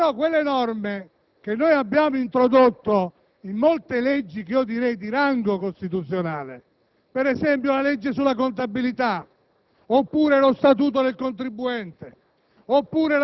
salvo ricorso alla Corte costituzionale. Tuttavia, le norme che abbiamo introdotto in molte leggi che definirei di rango costituzionale, ad esempio la legge sulla contabilità,